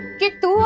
get the